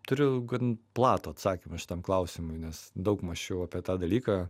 turiu gan platų atsakymą šitam klausimui nes daug mąsčiau apie tą dalyką